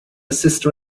sister